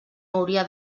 hauria